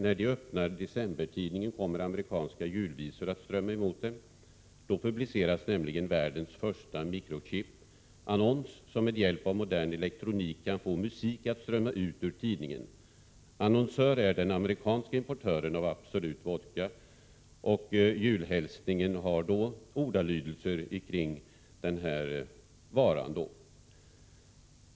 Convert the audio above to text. När de öppnar decembertidningen kommer amerikanska julvisor att strömma emot dem. Då publiceras nämligen världens första mikrochipannons som med hjälp av modern elektronik kan få musik att strömma ut ur tidningen. Annonsör är den amerikanska importören av Absolut Vodka ——-—.” Julhälsningen har ordalydelser kring den här varan.